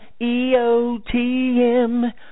EOTM